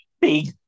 big